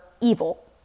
evil